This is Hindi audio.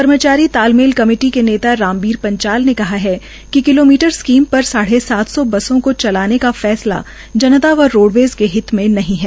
कर्मचारी तालमेल कमेटी के नेता रामबीर पंचाल ने कहा कि किलोमीटर स्कीम पर साढ़े सात सौ बसों को चलाने का फैसला जनता व रोडवेज़ क हित में नहीं है